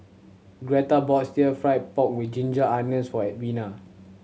Greta bought still fry pork with ginger onions for Edwina